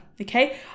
okay